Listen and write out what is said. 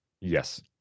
Yes